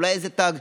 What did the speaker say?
אולי איזה תג.